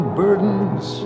burdens